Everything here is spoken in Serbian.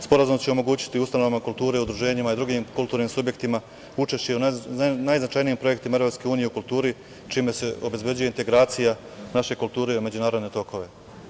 Sporazum će omogućiti ustanovama kulture i udruženjima i drugim kulturnim subjektima, učešće u najznačajnijim projektima EU u kulturi čime se obezbeđuje integracija naše kulture i u međunarodne tokove.